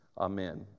Amen